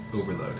overload